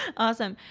awesome.